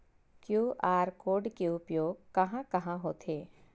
QR code के उपयोग कहां कहां होथे?